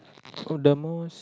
oh the most